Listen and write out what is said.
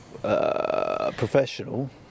professional